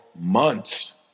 months